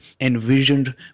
envisioned